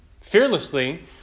fearlessly